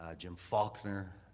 ah jim faulkner